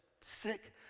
sick